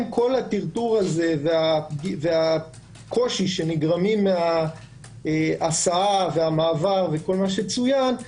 כל הטרטור הזה והקושי שנגרמים מההסעה והמעבר וכל מה שצוין,